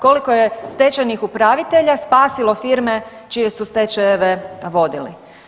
Koliko je stečajnih upravitelja spasilo firme čije su stečajeve vodili?